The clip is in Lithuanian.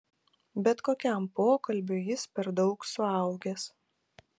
bet tokiam pokalbiui jis per daug suaugęs